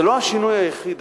זה לא השינוי היחיד,